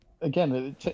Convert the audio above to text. again